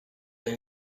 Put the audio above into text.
day